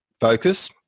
focus